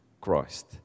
Christ